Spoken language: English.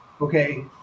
okay